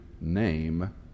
name